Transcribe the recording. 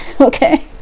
okay